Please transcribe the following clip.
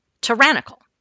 tyrannical